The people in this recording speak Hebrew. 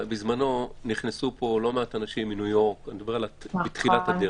בזמנו נכנסו לפה לא מעט אנשים מניו-יורק אני מדבר על תחילת הדרך.